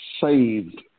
saved